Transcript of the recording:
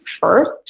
first